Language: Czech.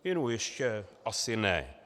Inu ještě asi ne.